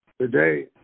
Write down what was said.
Today